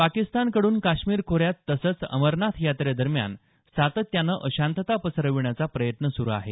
पाकिस्तानकडून काश्मीर खोऱ्यात तसंच अमरनाथ यात्रेदरम्यान सातत्याने अशांतता पसरविण्याचा प्रयत्न सुरू आहे